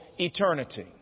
eternity